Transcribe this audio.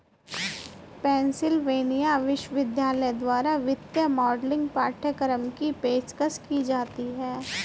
Pennsylvania विश्वविद्यालय द्वारा वित्तीय मॉडलिंग पाठ्यक्रम की पेशकश की जाती हैं